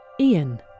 Ian